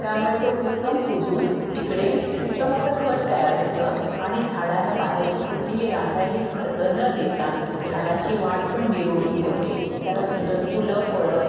त्यामुळे तो उत्तम कुजून तिकडे उत्तम असं खत तयार होतं आणि झाडांना बाहेरची कुठलीही रासायनिक खतं न देता झाडांची वाढ पण निरोगी होते त्याला सुंदर फुलं फळं